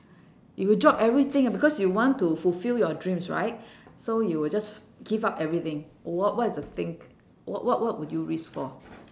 if you drop everything ah because you want to fulfill your dreams right so you will just give up everything what what is the thing what what would you risk for